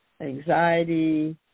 anxiety